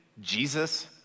Jesus